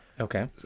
Okay